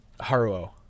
Haruo